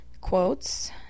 quotes